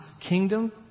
kingdom